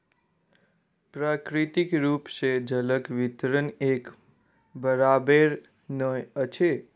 प्राकृतिक रूप सॅ जलक वितरण एक बराबैर नै अछि